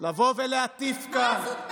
לבוא ולהטיף כאן, מה עזות מצח?